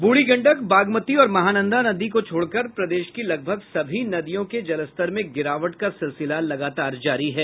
बूढ़ी गंडक बागमती और महानंदा नदी को छोड़कर प्रदेश की लगभग सभी नदियों के जलस्तर में गिरावट का सिलसिला लगातार जारी है